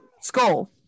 Skull